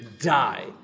die